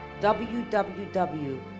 www